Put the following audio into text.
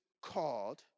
called